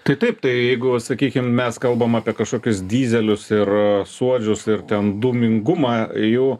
tai taip tai jeigu sakykim mes kalbam apie kažkokius dyzelius ir suodžius ir ten dūmingumą jų